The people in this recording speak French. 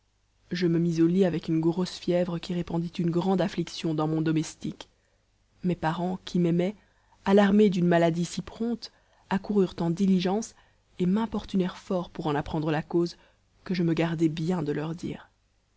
je me mis au lit avec une grosse fièvre qui répandit une grande affliction dans mon domestique mes parents qui m'aimaient alarmés d'une maladie si prompte accoururent en diligence et m'importunèrent fort pour en apprendre la cause que je me gardai bien de leur dire